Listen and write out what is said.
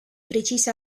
precisa